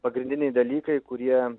pagrindiniai dalykai kurie